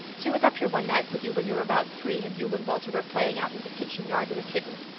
she was up here one night with you when you were about three, and you and walter were playing out in the kitchen yard with a kitten.